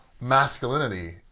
masculinity